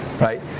right